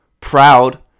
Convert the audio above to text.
proud